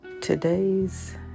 today's